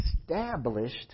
established